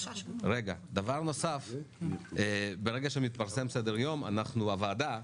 ברגע שמתפרסם סדר יום הוועדה,